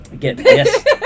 Yes